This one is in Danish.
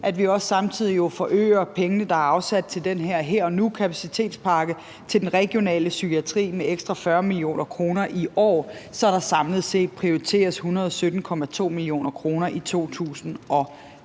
tid, samtidig forøger mængden af penge, der er afsat til denne her og nu-kapacitetspakke til den regionale psykiatri, med ekstra 40 mio. kr. i år, så der samlet set prioriteres 117,2 mio. kr. i 2023.